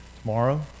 tomorrow